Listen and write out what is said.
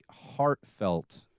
heartfelt